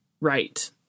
Right